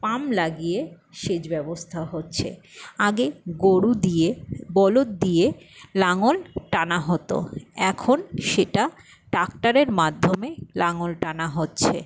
pump লাগিয়ে সেচ ব্যবস্থা হচ্ছে আগে গরু দিয়ে বলদ দিয়ে লাঙল টানা হতো এখন সেটা ট্রাক্টরের মাধ্যমে লাঙ্গল টানা হচ্ছে